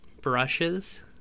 brushes